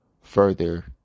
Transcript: further